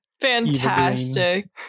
Fantastic